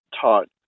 taught